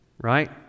Right